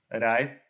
right